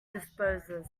disposes